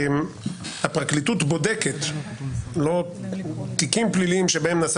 "הפרקליטות בודקת תיקים פליליים שבהם נעשה